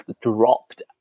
dropped